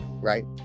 right